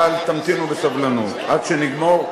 אבל תמתינו בסבלנות עד שנגמור.